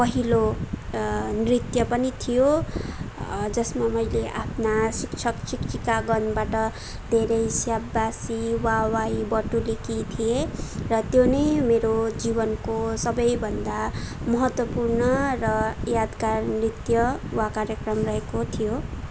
पहिलो नृत्य पनि थियो जसमा मैले आफ्ना शिक्षक शिक्षिकागणबाट धेरै स्याबासी वाहवाही बटुलेकी थिएँ र त्यो नै मेरो जीवनको सबैभन्दा महत्त्वपूर्ण र यादगार नृत्य वा कार्यक्रम रहेको थियो